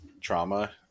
trauma